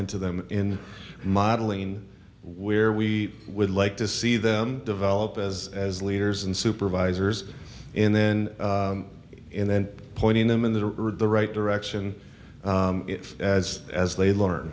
into them in modeling where we would like to see them develop as as leaders and supervisors and then and then pointing them in the or the right direction as as they learn